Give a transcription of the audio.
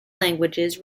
languages